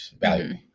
value